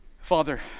Father